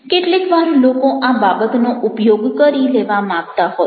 કેટલીક વાર લોકો આ બાબતનો ઉપયોગ કરી લેવા માંગતા હોય છે